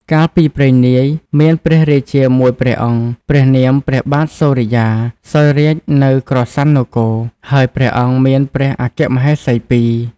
កាលពីព្រេងនាយ មានព្រះរាជាមួយព្រះអង្គ ព្រះនាម ព្រះបាទសូរិយា សោយរាជ្យនៅក្រសាន់នគរ ហើយព្រះអង្គមានព្រះអគ្គមហេសីពីរ។